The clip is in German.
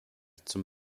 zum